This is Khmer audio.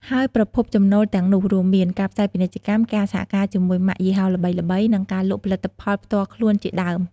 ហើយប្រភពចំណូលទាំងនោះរួមមាន ការផ្សាយពាណិជ្ជកម្ម ការសហការជាមួយម៉ាកយីហោល្បីៗ និងការលក់ផលិតផលផ្ទាល់ខ្លួនជាដើម។